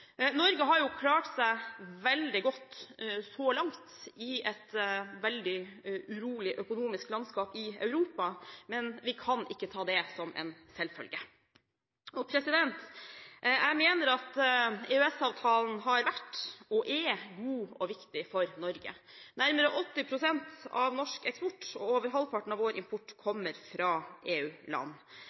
Norge har klart seg veldig godt så langt i et veldig økonomisk urolig landskap i Europa. Men vi kan ikke ta det som en selvfølge. Jeg mener at EØS-avtalen har vært – og er – god og viktig for Norge. Nærmere 80 pst. av norsk eksport og over halvparten av vår import går til eller kommer fra